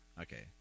okay